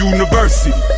University